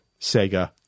Sega